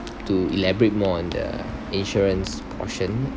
to elaborate more on the insurance portion